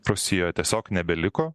rusijoj tiesiog nebeliko